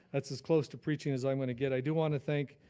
that's as close to preaching as i'm gonna get. i do wanna thank,